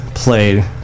played